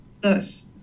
Thus